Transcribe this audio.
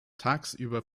tagsüber